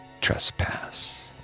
trespass